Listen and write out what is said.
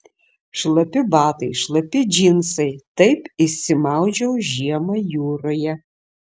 šlapi batai šlapi džinsai taip išsimaudžiau žiemą jūroje